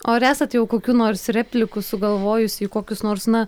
o ar esat jau kokių nors replikų sugalvojusi į kokius nors na